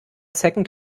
second